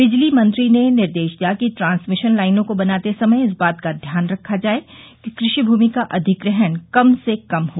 बिजली मंत्री ने निर्देश दिया कि ट्रांसमिशन लाइनों को बनाते समय इस बात का ध्यान रखा जाये कि कृषि भूमि का अधिग्रहण कम से कम हो